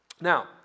Now